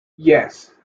yes